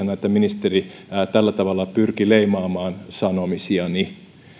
niin ministeri tällä tavalla pyrkii leimaamaan sanomisiani